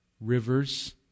rivers